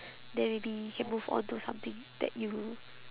then maybe can move on to something that you